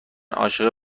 عاشق